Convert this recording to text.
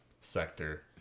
Sector